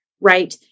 right